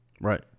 Right